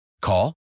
Call